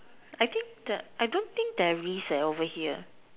I think the I don't think there is eh over here